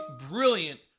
brilliant